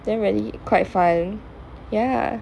then really quite fun